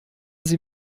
sie